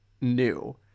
new